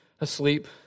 asleep